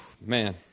Man